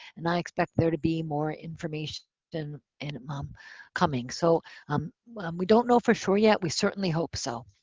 and i expect there to be more information and and um um coming. so um we don't know for sure yet. we certainly hope so.